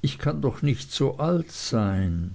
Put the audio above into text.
ich kann doch nicht so alt sein